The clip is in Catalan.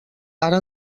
ara